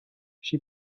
she